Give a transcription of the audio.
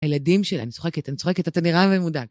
הילדים שלה, אני צוחקת, אני צוחקת, אתה נראה מודאג